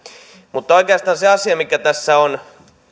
mutta oikeastaan se asia mikä tässä on